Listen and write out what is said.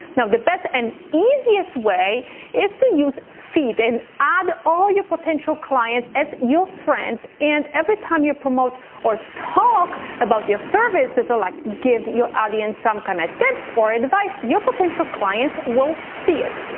the best and easiest way is to use feed and add all your potential clients as your friends. and every time you promote or talk about your services, or like give your audience some kind of tips or advice, your potential clients will see it.